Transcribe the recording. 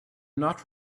not